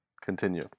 Continue